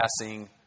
passing